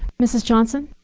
mrs. johnson.